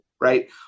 right